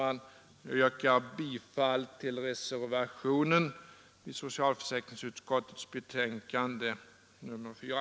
Jag yrkar bifall till reservationen vid socialförsäkringsutskottets betänkande nr 4.